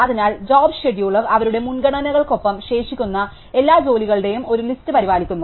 അതിനാൽ job scheduler അവരുടെ മുൻഗണനകൾക്കൊപ്പം ശേഷിക്കുന്ന എല്ലാ ജോലികളുടെയും ഒരു ലിസ്റ്റ് പരിപാലിക്കുന്നു